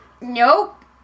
Nope